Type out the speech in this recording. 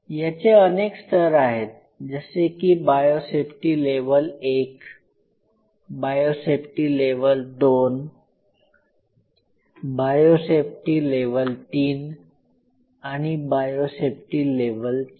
याचे अनेक स्तर आहेत जसे की biosafety level १ biosafety level २ biosafety level ३ आणि बायोसेफ्टी लेव्हल ४